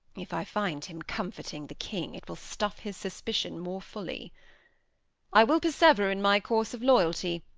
if i find him comforting the king, it will stuff his suspicion more fully i will persever in my course of loyalty,